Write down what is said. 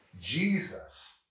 Jesus